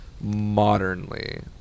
modernly